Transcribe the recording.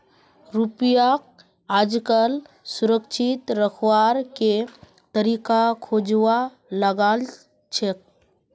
रुपयाक आजकल सुरक्षित रखवार के तरीका खोजवा लागल छेक